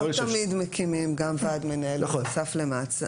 לא תמיד מקימים גם ועד מנהל בנוסף למועצה.